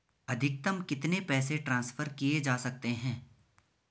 अधिकतम कितने पैसे ट्रांसफर किये जा सकते हैं?